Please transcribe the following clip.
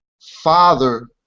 father